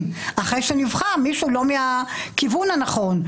אחרי שנבחר מישהו לא מהכיוון הנכון.